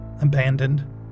abandoned